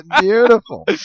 beautiful